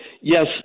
Yes